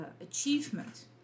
achievement